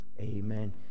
Amen